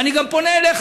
ואני גם פונה אליך,